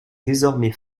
désormais